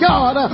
God